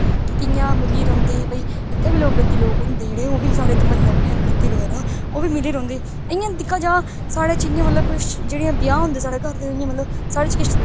कियां मिलयै रोंहदे है भाई गद्दी लोक होंदे जेहडे ओ वी साडे इत्थे म्हल्ले ना गद्दी बगेरा ओह्बी मिली गे रौंहदे इयां दिक्खा जाए साढ़े च इयां मतलब जेहड़ी ब्याह होंदे साढ़े घार ते इयां मतलब साढ़े च